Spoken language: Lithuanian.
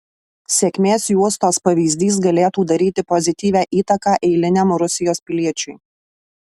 sėkmės juostos pavyzdys galėtų daryti pozityvią įtaką eiliniam rusijos piliečiui